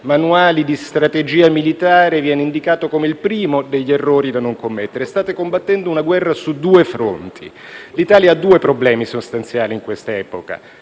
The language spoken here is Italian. manuali di strategia militare viene indicato come il primo degli errori da non commettere: state combattendo una guerra su due fronti. L'Italia ha due problemi sostanziali in quest'epoca: